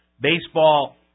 baseball